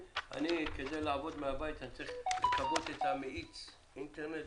כדי לעבוד מן הבית אני צריך לכבות את מאיץ האינטרנט?